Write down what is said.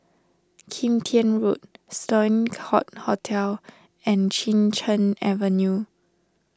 Kim Tian Road Sloane Court Hotel and Chin Cheng Avenue